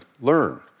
learn